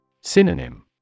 Synonym